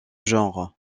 genre